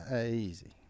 Easy